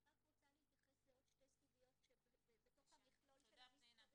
אני רק רוצה להתייחס לעוד שתי סוגיות שבתוך המכלול של המספרים.